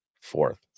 fourth